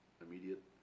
immediate